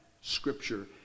Scripture